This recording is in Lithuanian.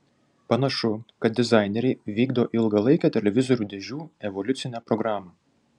panašu kad dizaineriai vykdo ilgalaikę televizorių dėžių evoliucine programa